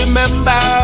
Remember